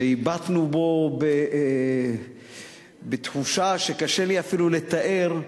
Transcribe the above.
שהבטנו בו בתחושה שקשה לי אפילו לתאר,